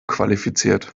qualifiziert